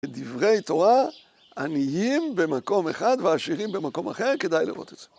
דברי תורה, עניים במקום אחד ועשירים במקום אחר, כדאי לראות את זה.